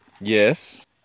Yes